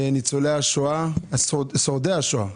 שורדי השואה.